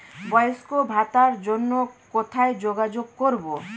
বয়স্ক ভাতার জন্য কোথায় যোগাযোগ করব?